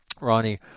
Ronnie